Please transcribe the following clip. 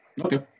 okay